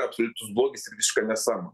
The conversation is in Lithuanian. absoliutus blogis ir visiška nesąmonė